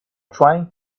trying